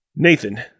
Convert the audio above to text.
Nathan